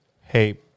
hey